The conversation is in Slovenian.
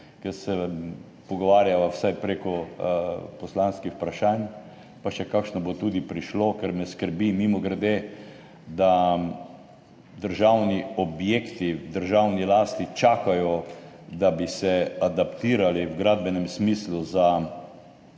ker se pogovarjava vsaj preko poslanskih vprašanj pa še kakšno bo tudi prišlo, kar me skrbi, mimogrede, da državni objekti v državni lasti čakajo, da bi se adaptirali v gradbenem smislu za,